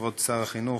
כבוד סגן שר החינוך,